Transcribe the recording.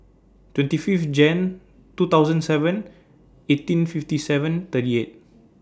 twenty five Jan two thousand seven eighteen fifty seven thirty eight